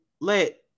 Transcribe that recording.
let